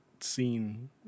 scene